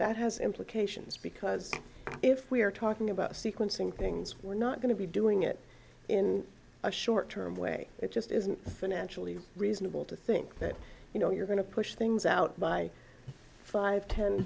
that has implications because if we are talking about sequencing things we're not going to be doing it in a short term way it just isn't financially reasonable to think that you know you're going to push things out by five ten